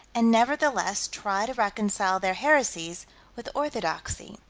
and nevertheless try to reconcile their heresies with orthodoxy.